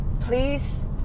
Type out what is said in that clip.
please